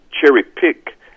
cherry-pick